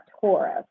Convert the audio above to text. Taurus